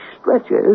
stretches